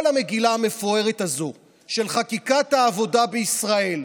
כל המגילה המפוארת הזאת של חקיקת העבודה בישראל,